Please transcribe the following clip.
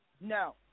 No